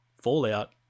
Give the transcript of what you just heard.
fallout